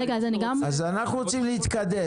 אנחנו רוצים להתקדם.